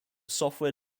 software